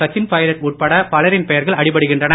சச்சின் பைலட் உட்பட பலரின் பெயர்கள் அடிபடுகின்றன